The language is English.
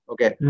Okay